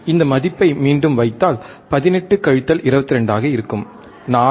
இந்த மதிப்பை மீண்டும் வைத்தால் 18 கழித்தல் 22 ஆக இருக்கும் 4